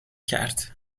کرد